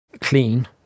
clean